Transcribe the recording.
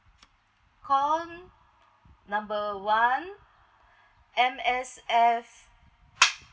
call number one M_S_F